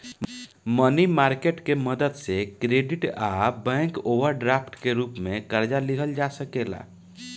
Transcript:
मनी market के मदद से क्रेडिट आ बैंक ओवरड्राफ्ट के रूप में कर्जा लिहल जा सकेला